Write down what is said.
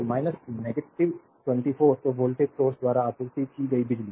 तो 24 तो voltage source द्वारा आपूर्ति की गई बिजली